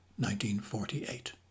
1948